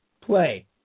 play